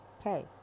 okay